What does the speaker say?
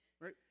Right